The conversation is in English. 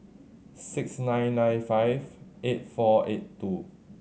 six nine nine five eight four eight two